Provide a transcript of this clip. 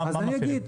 מה מפעילים?